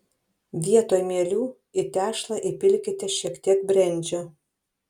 vietoj mielių į tešlą įpilkite šiek tiek brendžio